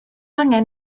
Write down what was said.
angen